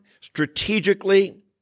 strategically